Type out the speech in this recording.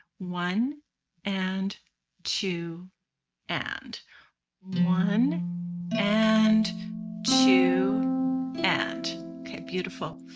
one and two and one and two and okay beautiful.